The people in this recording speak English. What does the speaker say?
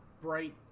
bright